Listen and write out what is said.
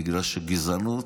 בגלל שגזענות,